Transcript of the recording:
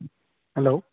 hello